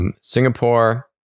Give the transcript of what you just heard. Singapore